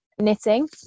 Knitting